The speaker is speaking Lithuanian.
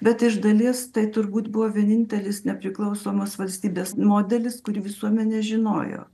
bet iš dalies tai turbūt buvo vienintelis nepriklausomos valstybės modelis kurį visuomenė žinojo